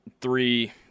three